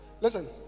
Listen